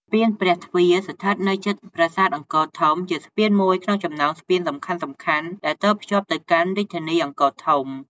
ស្ពានព្រះទ្វារ ស្ថិតនៅជិតប្រាសាទអង្គរធំ ជាស្ពានមួយក្នុងចំណោមស្ពានសំខាន់ៗដែលតភ្ជាប់ទៅកាន់រាជធានីអង្គរធំ។